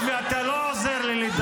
----- איך אני אגמול אותך,